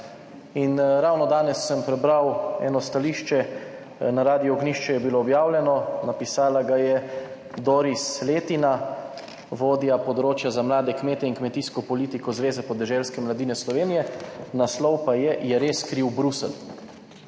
In ravno danes sem prebral eno stališče, na Radiu Ognjišče je bilo objavljeno, napisala ga je Doris Letina, vodja področja za mlade kmete in kmetijsko politiko Zveze podeželske mladine Slovenije, naslov pa je »Je res kriv Bruselj?«.